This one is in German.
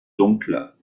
dunkler